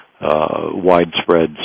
widespread